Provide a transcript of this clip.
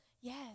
Yes